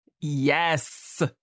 Yes